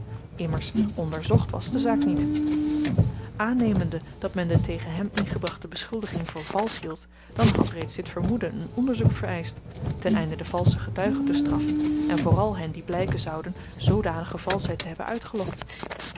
immers onderzocht was de zaak niet aannemende dat men de tegen hem ingebrachte beschuldiging voor valsch hield dan had reeds dit vermoeden een onderzoek vereischt teneinde de valsche getuigen te straffen en vooral hen die blyken zouden zoodanige valsheid te hebben uitgelokt